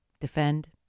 defend